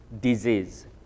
disease